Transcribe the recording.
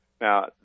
Now